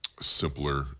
simpler